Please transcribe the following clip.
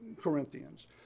Corinthians